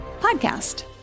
podcast